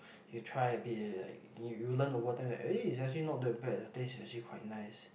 you try a bit and you like you you learn over time that eh it's actually not that bad taste is actually quite nice